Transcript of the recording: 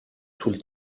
sul